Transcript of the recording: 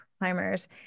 climbers